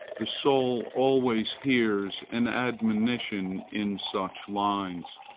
the soul always hears an admonition in such lines,